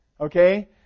Okay